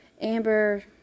Amber